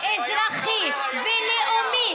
אזרחי ולאומי,